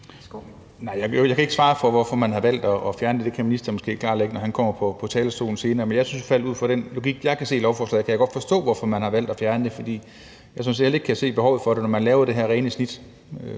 Jeg kan ikke svare for, hvorfor man har valgt at fjerne det. Det kan ministeren måske klarlægge, når han kommer på talerstolen senere, men jeg kan i hvert fald godt forstå ud fra den logik, jeg kan se i lovforslaget, hvorfor man har valgt at fjerne det, fordi jeg sådan set heller ikke kan se behovet for det, når man laver det her rene snit